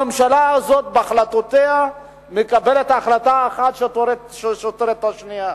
הממשלה הזאת מקבלת החלטות שאחת סותרת את השנייה.